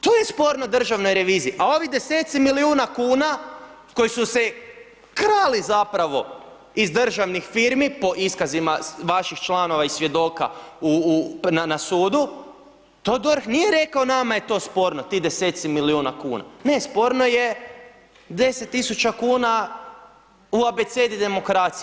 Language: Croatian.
To je sporno državnoj reviziji a ovi deseci milijuna kuna koji su se krali zapravo iz državnih firmi po iskazima vaših članova i svjedoka na sudu, to DORH nije rekao nama je to sporno ti deseci milijuna kuna, ne sporno je 10 tisuća kuna u Abecedi demokracije.